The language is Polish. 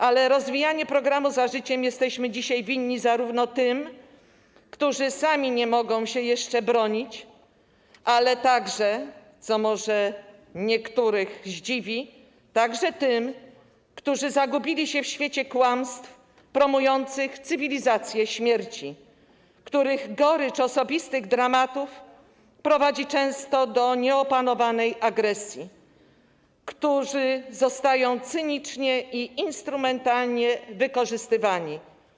Ale rozwijanie programu „Za życiem” jesteśmy dzisiaj winni zarówno tym, którzy sami nie mogą się jeszcze bronić, jak i - co może niektórych zdziwi - tym, którzy zagubili się w świecie kłamstw promujących cywilizację śmierci, których gorycz osobistych dramatów prowadzi często do nieopanowanej agresji, którzy są cynicznie i instrumentalnie wykorzystywani.